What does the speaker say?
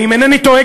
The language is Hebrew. ואם אינני טועה,